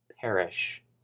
perish